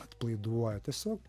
atpalaiduoja tiesiog